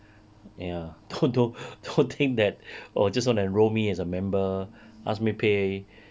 ya don't don't don't think that oh just want to enroll me as a member ask me pay